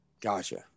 Gotcha